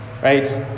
Right